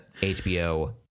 HBO